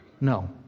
No